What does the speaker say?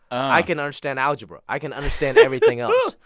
i can understand algebra. i can understand. everything else.